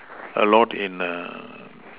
a lot in